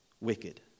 wicked